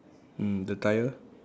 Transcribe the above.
mm the tyre